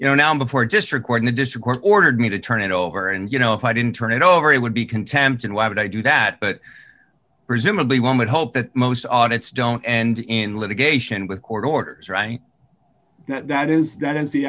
you know now before district court in the district court ordered me to turn it over and you know if i didn't turn it over it would be contempt and why would i do that but presumably one would hope that most audits don't end in litigation with court orders right now that is that is the